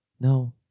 no